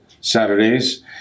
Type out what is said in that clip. Saturdays